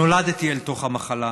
נולדתי אל תוך המחלה,